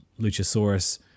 Luchasaurus